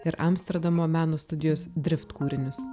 ir amsterdamo meno studijos drift kūrinius